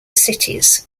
cities